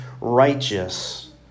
righteous